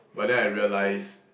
but then I realise